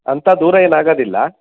ಅಂಥ ದೂರ ಏನಾಗೋದಿಲ್ಲ